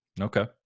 Okay